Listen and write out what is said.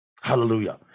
Hallelujah